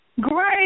Great